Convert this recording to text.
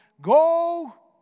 go